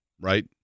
right